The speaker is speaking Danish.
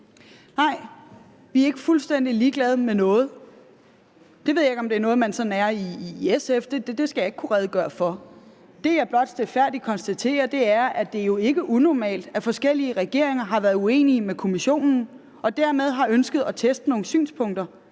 Nej. Vi er ikke fuldstændig ligeglade med noget. Det ved jeg ikke om er noget, man sådan er i SF, det skal jeg ikke kunne redegøre for. Det, jeg blot stilfærdigt konstaterer, er, at det jo ikke er unormalt, at forskellige regeringer har været uenige med Kommissionen og dermed har ønsket at teste nogle synspunkter